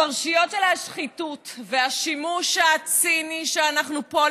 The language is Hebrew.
הפרשיות של השחיתות והשימוש הציני שאנחנו פה,